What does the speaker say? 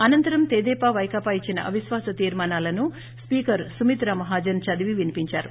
అనంతరం తెదేపా పైకాపా ఇచ్చిన అవిశ్వాస తీర్మానాలను స్పీకర్ సుమిత్రా మహాజన్ చదివి వినిపించారు